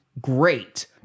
great